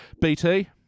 BT